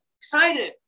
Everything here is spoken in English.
excited